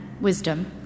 wisdom